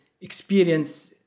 experience